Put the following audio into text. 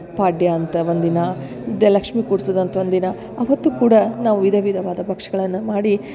ಪಾಡ್ಯ ಅಂತ ಒಂದಿನ ಇದು ಲಕ್ಷ್ಮೀ ಕೂಡ್ಸುದ ಅಂತ್ ಒಂದಿನ ಅವತ್ತು ಕೂಡ ನಾವು ವಿಧ ವಿಧವಾದ ಭಕ್ಷ್ಯಗಳನ್ನ ಮಾಡಿ